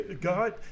God